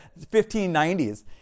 1590s